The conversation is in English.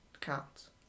counts